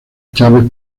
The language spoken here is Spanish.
chávez